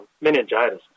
meningitis